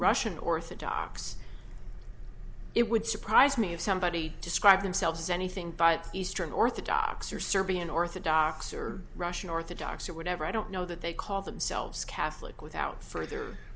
russian orthodox it would surprise me if somebody described themselves as anything but eastern orthodox or serbian orthodox or russian orthodox or whatever i don't know that they call themselves catholic without further